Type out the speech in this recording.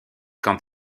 quand